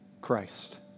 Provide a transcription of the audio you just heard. Christ